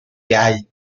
iau